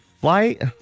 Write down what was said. Flight